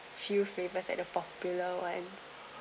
few flavours at the popular one